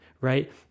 right